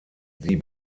sie